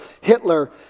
Hitler